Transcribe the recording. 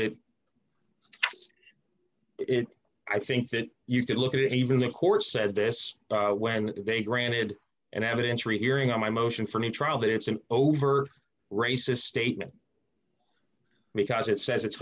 that it i think that you could look at it even the court said this when they granted and evidence rehearing on my motion for new trial that it's an over racist statement because it says it's